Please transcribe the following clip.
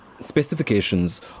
specifications